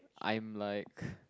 I'm like